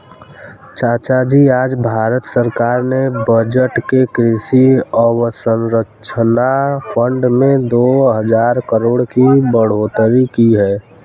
चाचाजी आज भारत सरकार ने बजट में कृषि अवसंरचना फंड में दो हजार करोड़ की बढ़ोतरी की है